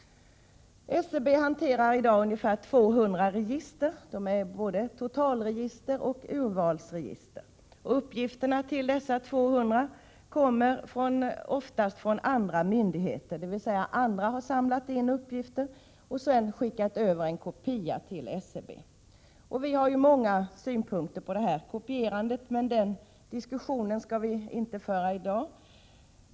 SCB hanterar i dag ungefär 200 register, både totalregister och urvalsregister. Uppgifterna till dessa 200 kommer oftast från andra myndigheter, dvs. andra har samlat in uppgifter och sedan skickat över en kopia till SCB. Vi har många synpunkter på detta kopierande, men den diskussionen skall vi inte föra i dag.